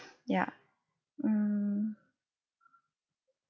ya mm